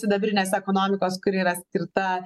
sidabrinės ekonomikos kuri yra skirta